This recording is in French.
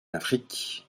afrique